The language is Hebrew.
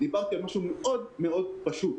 דיברתי על משהו מאוד מאוד פשוט.